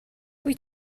wyt